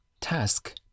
task